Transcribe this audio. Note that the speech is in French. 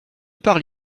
parle